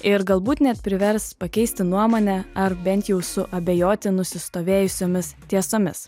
ir galbūt net privers pakeisti nuomonę ar bent jau suabejoti nusistovėjusiomis tiesomis